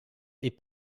est